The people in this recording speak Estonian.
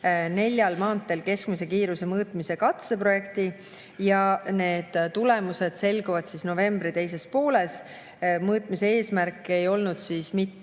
neljal maanteel keskmise kiiruse mõõtmise katseprojekti. Need tulemused selguvad novembri teises pooles. Mõõtmise eesmärk ei olnud mitte